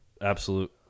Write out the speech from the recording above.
absolute